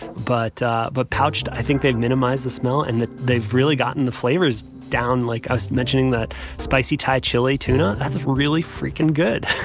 but but pouched, i think they've minimized the smell and they've really gotten the flavors down, like i was mentioning that spicy thai chili tuna. that's a really freakin good.